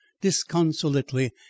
disconsolately